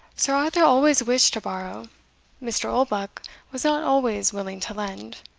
sir arthur always wished to borrow mr. oldbuck was not always willing to lend.